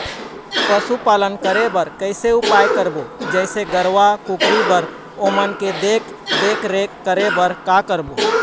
पशुपालन करें बर कैसे उपाय करबो, जैसे गरवा, कुकरी बर ओमन के देख देख रेख करें बर का करबो?